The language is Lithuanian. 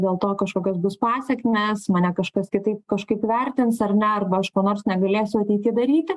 dėl to kažkokios bus pasekmės mane kažkas kitaip kažkaip vertins ar ne arba aš ko nors negalėsiu ateity daryti